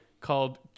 called